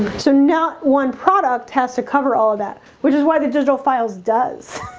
so not one product has to cover all of that which is why the digital files does